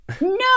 no